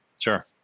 sure